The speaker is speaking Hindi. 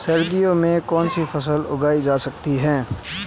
सर्दियों में कौनसी फसलें उगाई जा सकती हैं?